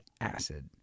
acid